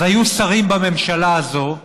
אז היו שרים בממשלה הזאת,